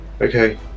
Okay